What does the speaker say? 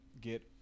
get